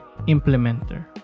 Implementer